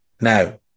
Now